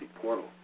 portal